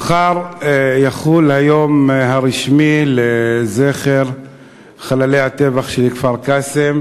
מחר יחול היום הרשמי לזכר חללי הטבח של כפר-קאסם,